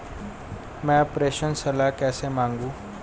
मैं प्रेषण सलाह कैसे मांगूं?